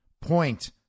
point